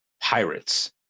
Pirates